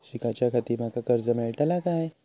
शिकाच्याखाती माका कर्ज मेलतळा काय?